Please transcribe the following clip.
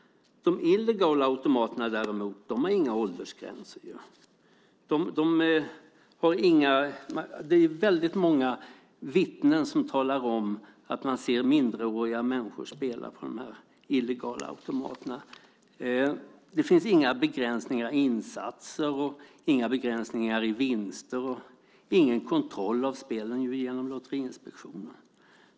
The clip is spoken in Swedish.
De illegala automaterna har däremot inga åldersgränser. Det finns väldigt många vittnen som ser minderåriga spela på dessa illegala automater. Det finns inga begränsningar när det gäller insatser eller vinster. Det finns heller ingen kontroll av spelen via Lotteriinspektionen.